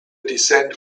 descent